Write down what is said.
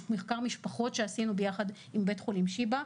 יש מחקר משפחות שעשינו ביחד עם בית חולים שיבא,